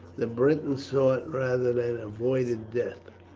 the britons sought rather than avoided death.